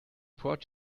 brought